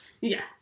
Yes